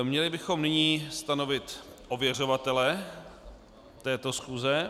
Měli bychom nyní stanovit ověřovatele této schůze.